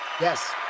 Yes